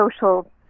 social